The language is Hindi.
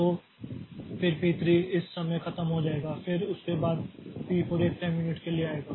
तो फिर पी 3 इस समय खत्म हो जाएगा फिर उसके बाद पी 4 1 टाइम यूनिट के लिए आ जाएगा